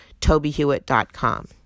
tobyhewitt.com